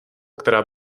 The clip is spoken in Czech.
která